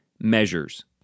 measures